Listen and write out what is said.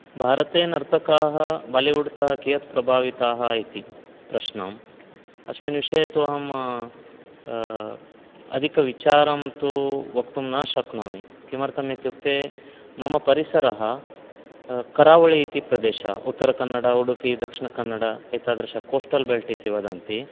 भारते नर्तकाः बालिवुड् तः कियत् प्रभाविताः इति प्रश्नम् अस्मिन् विषये तु अहं अधिकविचारं तु वक्तुं न शक्नोमि किमर्थम् इत्युक्ते मम परिसरः करावळि इति प्रदेशः उत्तरकन्नडा उडुपी दक्षिणकन्नडा एतादृश कोस्टल् बेल्ट् इति वदन्ति